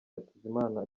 hakizimana